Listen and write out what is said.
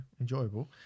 enjoyable